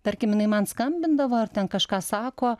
tarkim jinai man skambindavo ar ten kažką sako